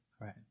right